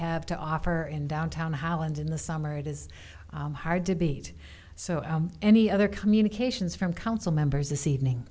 have to offer in downtown holland in the summer it is hard to beat so any other communications from council members this evening